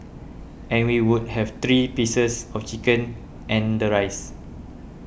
and we would have three pieces of chicken and the rice